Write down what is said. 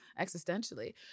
existentially